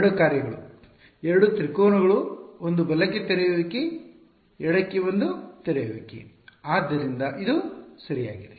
ಎರಡು ಕಾರ್ಯಗಳು ಎರಡು ತ್ರಿಕೋನಗಳು ಒಂದು ಬಲಕ್ಕೆ ತೆರೆಯುವಿಕೆ ಎಡಕ್ಕೆ ಒಂದು ತೆರೆಯುವಿಕೆ ಆದ್ದರಿಂದ ಇದು ಸರಿಯಾಗಿದೆ